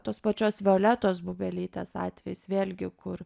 tos pačios violetos bubelytės atvejis vėlgi kur